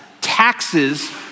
taxes